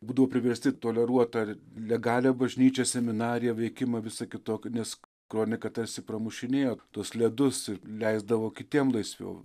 būdavo priversti toleruot tą legalią bažnyčią seminariją veikimą visai kitokį nes kronika tarsi pramušinėjo tuos ledus ir leisdavo kitiem laisviau